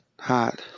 hot